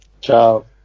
Ciao